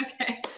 Okay